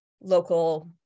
local